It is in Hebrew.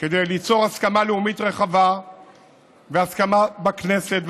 כדי ליצור הסכמה לאומית רחבה והסכמה בכנסת,